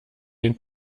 den